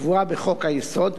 הקבועה בחוק-היסוד,